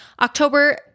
October